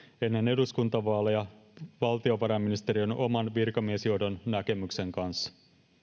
ennen eduskuntavaaleja esitetyn valtiovarainministeriön oman virkamiesjohdon näkemyksen kanssa